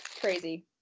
crazy